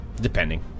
Depending